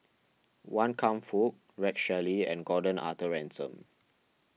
Wan Kam Fook Rex Shelley and Gordon Arthur Ransome